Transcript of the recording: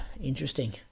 interesting